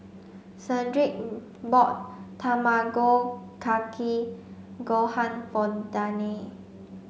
Shedrick bought Tamago Kake Gohan for Dannie